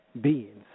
beings